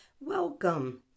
Welcome